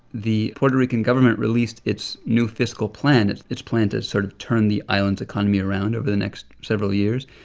the puerto rican government released its new fiscal plan its its plan to sort of turn the island's economy around over the next several years.